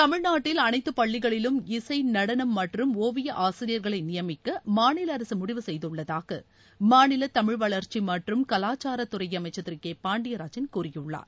தமிழ்நாட்டில் அனைத்து பள்ளிகளிலும் இசை நடனம் மற்றும் ஓவிய ஆசிரியர்களை நியமிக்க மாநில அரசு முடுவு செய்துள்ளதாக மாநில தமிழ் வளர்ச்சி மற்றும் கலாச்சாரத்துறை அமைச்சர் திரு கே பாண்டியராஜன் கூறியுள்ளார்